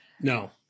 No